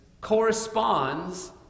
corresponds